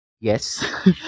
yes